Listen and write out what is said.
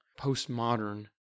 postmodern